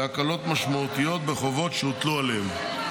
להקלות משמעותיות בחובות שהוטלו עליהם.